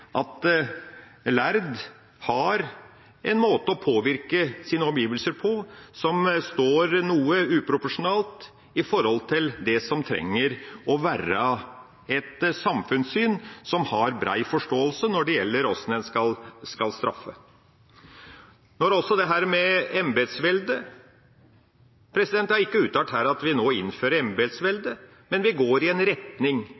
at lærde har en måte å påvirke sine omgivelser på som står noe uproporsjonalt i forhold til det som trenger å være et samfunnssyn som har brei forståelse, når det gjelder hvordan en skal straffe. Så dette med embetsvelde. Jeg har ikke uttalt her at vi nå innfører embetsvelde, men vi går i en retning.